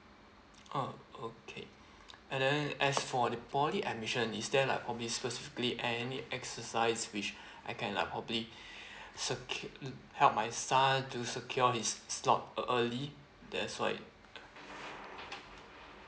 uh okay and then as for the poly admission is there like probably specifically any exercise which I can Iike probably secure help my son to secure his slot ea~ early that's why